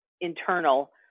internal